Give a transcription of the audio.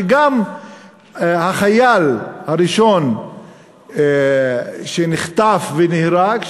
וגם החייל הראשון שנחטף ונהרג,